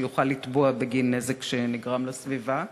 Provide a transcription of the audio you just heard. שיוכל לתבוע בגין נזק שנגרם לסביבה,